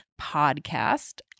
podcast